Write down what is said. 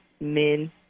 men